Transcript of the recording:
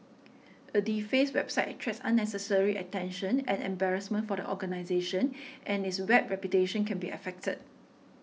a defaced website attracts unnecessary attention and embarrassment for the organisation and its web reputation can be affected